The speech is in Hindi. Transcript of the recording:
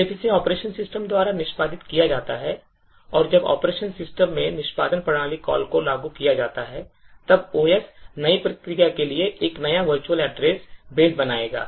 जब इसे operation system द्वारा निष्पादित किया जाता है और जब operation system में निष्पादन प्रणाली कॉल को लागू किया जाता है तब OS नई प्रक्रिया के लिए एक नया virtual address बेस बनाएगा